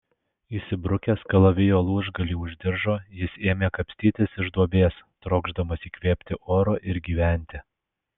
įsibrukęs kalavijo lūžgalį už diržo jis ėmė kapstytis iš duobės trokšdamas įkvėpti oro ir gyventi